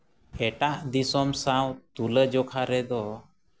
ᱮᱴᱟᱜ ᱫᱤᱥᱚᱢ ᱥᱟᱶ ᱛᱩᱞᱟᱹᱡᱚᱠᱷᱟ ᱨᱮᱫᱚ